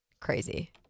Crazy